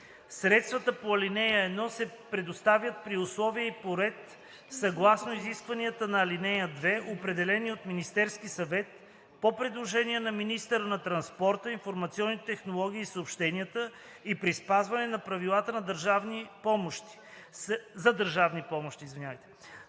Средствата по ал. 1 се предоставят при условия и по ред, съгласно изискванията на ал. 2, определени от Министерския съвет по предложение на министъра на транспорта, информационните технологии и съобщенията и при спазване на правилата за държавни помощи.